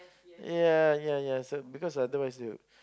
ya ya ya so because other wise they would